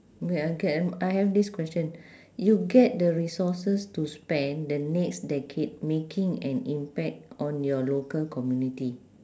wait ah can I have this question you get the resources to spend the next decade making an impact on your local community